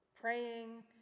praying